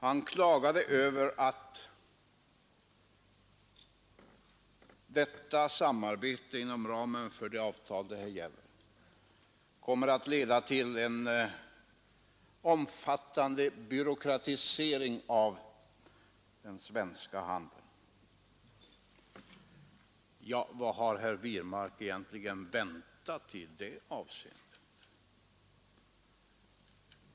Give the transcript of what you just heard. Han klagade över att samarbetet inom ramen för detta avtal kommer att leda till en omfattande byråkratisering av den svenska handeln. Ja, vad har herr Wirmark egentligen väntat i det avseendet?